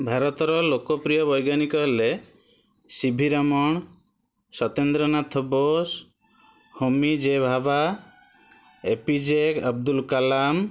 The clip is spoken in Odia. ଭାରତର ଲୋକପ୍ରିୟ ବୈଜ୍ଞାନିକ ହେଲେ C V Raman Satyendranath Bose Homi J Bhabha A P J Abdul Kalam